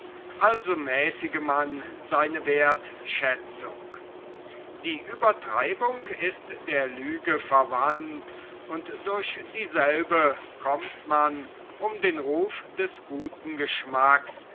also mäßige man seine wertschätzung die uebertreibung ist der lüge verwandt und durch dieselbe kommt man um den ruf des guten geschmacks